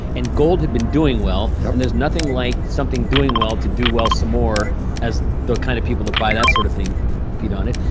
and gold had been doing well. yeah and there's nothing like something doing well to do well some more as the kind of people to buy that sort of thing feed on it.